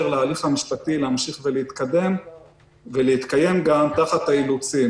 להליך המשפטי להמשיך ולהתקדם ולהתקיים תחת האילוצים.